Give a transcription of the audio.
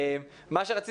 מה שאני